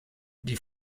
die